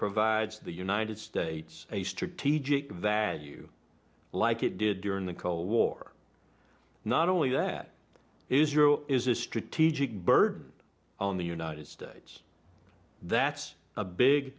provides the united states a strategic value like it did during the cold war not only that israel is a strategic bird on the united states that's a big